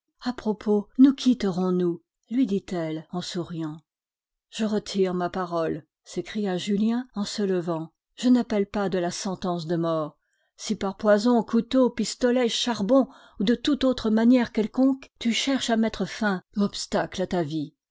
a propos nous quitterons nous lui dit-elle en souriant je retire ma parole s'écria julien en se levant je n'appelle pas de la sentence de mort si par poison couteau pistolet charbon ou de toute autre manière quelconque tu cherches à mettre fin ou obstacle à ta vie